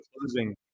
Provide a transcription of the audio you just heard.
closing